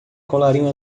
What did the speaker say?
colarinho